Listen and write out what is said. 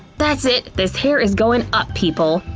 that's it! this hair is going up, people!